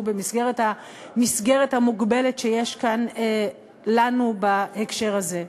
במסגרת המוגבלת שיש כאן לנו בהקשר הזה.